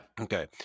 Okay